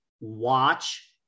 Watch